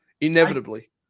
Inevitably